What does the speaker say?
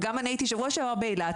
וגם אני הייתי בשבוע שעבר באילת,